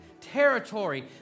territory